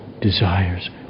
desires